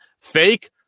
fake